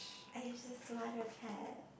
I used this one of pet